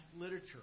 literature